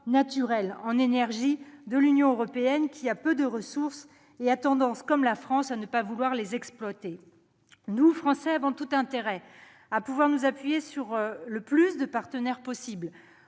naturel en énergie de l'Union européenne, qui a peu de ressources et a tendance, comme la France, à ne pas vouloir les exploiter. Nous, Français, avons tout intérêt à nous appuyer sur le plus grand nombre de partenaires possible